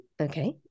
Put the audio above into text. okay